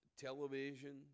television